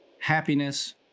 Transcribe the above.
happiness